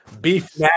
Beef